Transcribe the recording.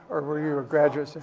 or were you a graduate